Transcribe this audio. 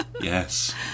Yes